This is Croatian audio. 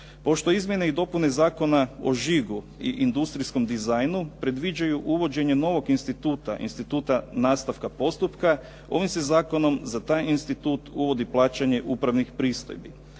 Pošto izmjene i dopune Zakona o žigu i industrijskom dizajnu predviđaju uvođenje novog instituta, instituta nastavka postupka ovim se zakonom za taj institut uvodi plaćanje upravnih pristojbi.